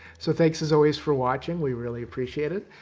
so, thanks, as always, for watching. we really appreciate it.